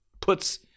puts